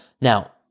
Now